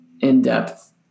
in-depth